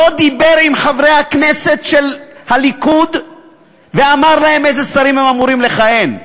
לא דיבר עם חברי הכנסת של הליכוד ואמר להם כאיזה שרים הם אמורים לכהן.